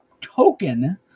token